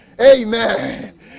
Amen